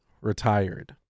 retired